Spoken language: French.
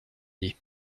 dit